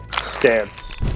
stance